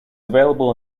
available